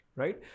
right